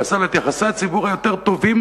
ועשה לה את יחסי הציבור היותר טובים,